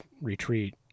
retreat